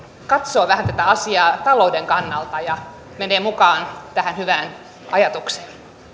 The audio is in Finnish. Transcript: katsoo vähän tätä asiaa talouden kannalta ja menee mukaan tähän hyvään ajatukseen